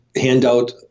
handout